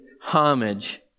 homage